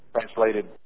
Translated